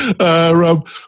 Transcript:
Rob